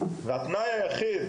הציבו